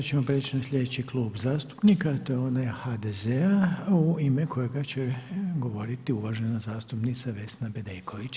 Sada ćemo prijeći na sljedeći klub zastupnika, a to je onaj HDZ-a u ime kojega će govoriti uvažena zastupnica Vesna Bedeković.